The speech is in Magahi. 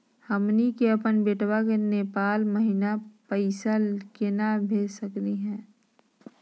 हमनी के अपन बेटवा क नेपाल महिना पैसवा केना भेज सकली हे?